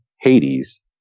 Hades